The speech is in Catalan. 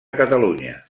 catalunya